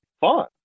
fun